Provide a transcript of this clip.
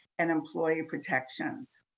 and employee protections.